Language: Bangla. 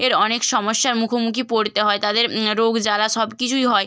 এর অনেক সমস্যার মুখোমুখি পড়তে হয় তাদের রোগ জ্বালা সব কিছুই হয়